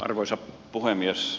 arvoisa puhemies